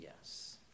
Yes